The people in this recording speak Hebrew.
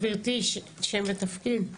גברתי, שם ותפקיד.